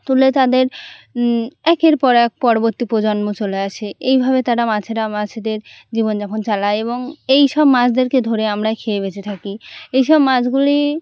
তুলে তাদের একের পর এক পরবর্তী প্রজন্ম চলে আসে এইভাবে তারা মাছেরা মাছেদের জীবনযাপন চালায় এবং এই সব মাছদেরকে ধরে আমরা খেয়ে বেঁচে থাকি এই সব মাছগুলি